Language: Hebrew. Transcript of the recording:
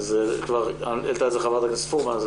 כבר העלתה את זה חברת הכנסת פרומן,